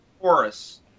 chorus